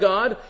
God